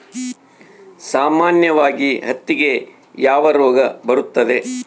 ಸಾಮಾನ್ಯವಾಗಿ ಹತ್ತಿಗೆ ಯಾವ ರೋಗ ಬರುತ್ತದೆ?